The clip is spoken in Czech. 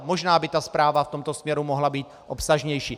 Možná by ta zpráva v tomto směru mohla být obsažnější.